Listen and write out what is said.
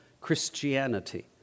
Christianity